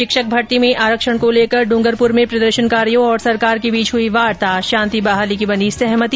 शिक्षक भर्ती में आरक्षण को लेकर डूंगरपुर में प्रदर्शन कारियों और सरकार के बीच हुई वार्ता शांति बहाली की बनी सहमति